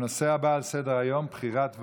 הנושא הבא על סדר-היום, בחירת ועדות.